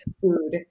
food